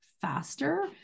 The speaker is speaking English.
faster